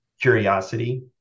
curiosity